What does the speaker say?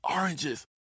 oranges